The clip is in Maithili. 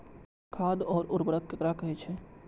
खाद और उर्वरक ककरा कहे छः?